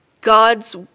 God's